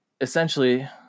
essentially